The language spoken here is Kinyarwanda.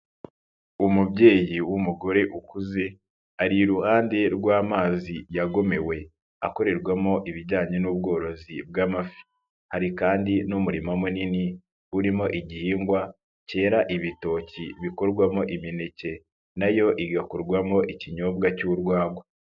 Umubyeyi w'umugore ukuze, ari iruhande rw'amazi yagomewe, akorerwamo ibijyanye n'ubworozi bw'amafi, hari kandi n'umurima munini, urimo igihingwa cyera ibitoki bikorwamo imineke na yo igakorwamo ikinyobwa cy'urwagwa.